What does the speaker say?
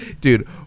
Dude